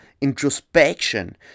introspection